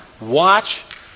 Watch